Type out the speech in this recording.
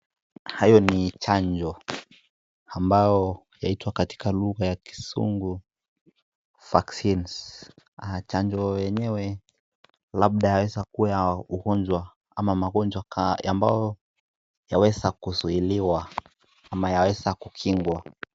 Hayo ni chanjo ambao yaitwa katika lugha ya kizungu vaccines ,chanjo yenyewe labda yaweza kuwa ya ugonjwa ama magonjwa ambayo yaweza kuzuiliwa ama yaweza kukingwa.